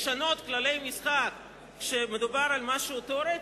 לשנות כללי משחק כשמדובר על משהו תיאורטי,